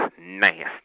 nasty